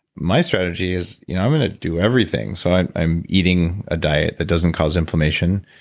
my strategy is, you know i'm going to do everything. so i'm i'm eating a diet that doesn't cause inflammation.